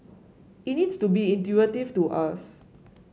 it needs to be intuitive to us